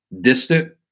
distant